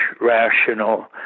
rational